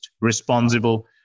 responsible